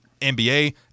NBA